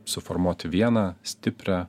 suformuoti vieną stiprią